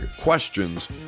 questions